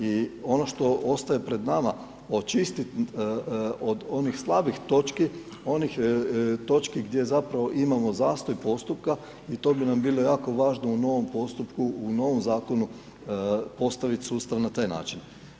I ono što ostaje pred nama, očistit od onih slabih točki, onih točki gdje zapravo imamo zastoj postupka i to bi nam bilo jako važno u novom postupku, u novom Zakonu, postaviti sustav na taj način.